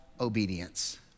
obedience